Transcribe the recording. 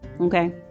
Okay